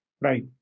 Right